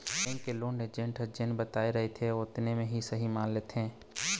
bank के loan agent ह जेन बताए रहिथे ओतने ल सहीं मान लेथे